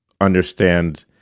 understand